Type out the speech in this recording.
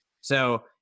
So-